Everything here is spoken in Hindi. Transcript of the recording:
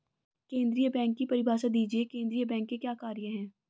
केंद्रीय बैंक की परिभाषा दीजिए केंद्रीय बैंक के क्या कार्य हैं?